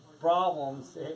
problems